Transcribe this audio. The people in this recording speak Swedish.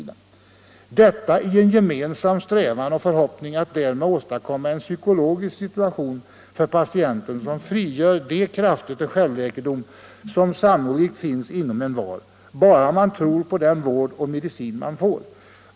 Detta i en gemensam strävan och förhoppning att därmed åstadkomma en psykologisk situation för patienten, som frigör de krafter till självläkedom som sannolikt finns inom envar, bara man tror på den vård och medicin man får.